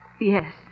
Yes